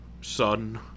son